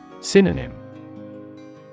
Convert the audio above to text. Synonym